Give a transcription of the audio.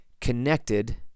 connected